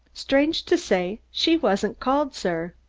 strange to say she wasn't called, sir.